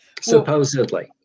Supposedly